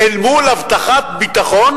אל מול הבטחת ביטחון